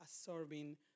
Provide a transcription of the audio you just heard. absorbing